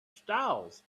stalls